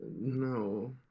No